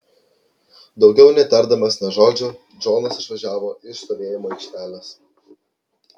daugiau netardamas nė žodžio džonas išvažiavo iš stovėjimo aikštelės